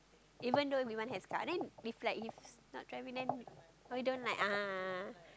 even though everyone has car then if like he's not driving then oh you don't like ah